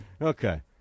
Okay